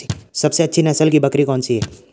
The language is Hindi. सबसे अच्छी नस्ल की बकरी कौन सी है?